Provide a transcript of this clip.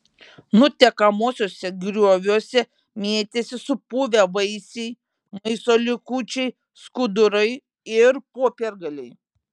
nutekamuosiuose grioviuose mėtėsi supuvę vaisiai maisto likučiai skudurai ir popiergaliai